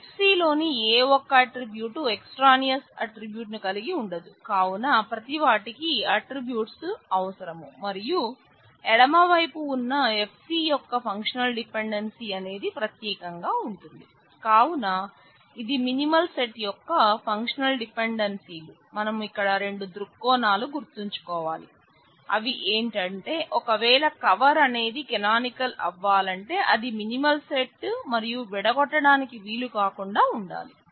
Fc లోని ఏ ఒక్క ఆట్రిబ్యూట్ ఎక్స్ట్రానియస్ ఆట్రిబ్యూట్ ను మరియు విడగొట్టడానికి వీలు కాకుండా ఉండాలి